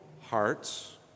hearts